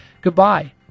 Goodbye